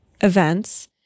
events